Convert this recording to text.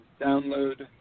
download